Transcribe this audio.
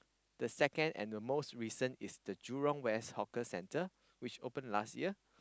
the second and the most recent is the Jurong-West hawker center which open last year